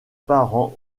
parents